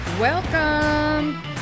welcome